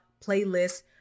playlists